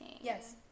Yes